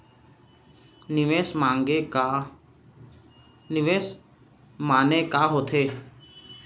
निवेश माने का होथे?